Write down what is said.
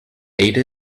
ate